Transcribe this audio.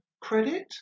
credit